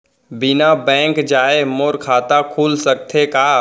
बिना बैंक जाए मोर खाता खुल सकथे का?